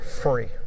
free